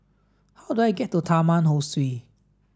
how do I get to Taman Ho Swee